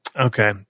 Okay